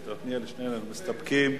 מסתפקים.